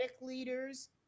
leaders